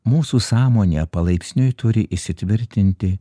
mūsų sąmonė palaipsniui turi įsitvirtinti